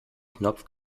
knopf